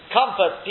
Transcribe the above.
comfort